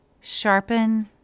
sharpen